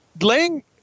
laying